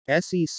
SEC